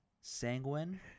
Sanguine